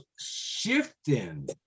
shifting